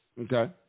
Okay